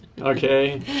Okay